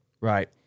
right